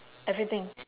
everything